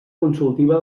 consultiva